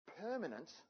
permanent